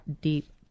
deep